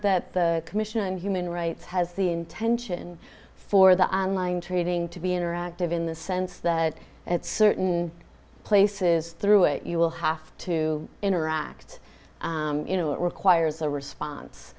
that the commission on human rights has the intention for the trading to be interactive in the sense that at certain places through it you will have to interact you know it requires a response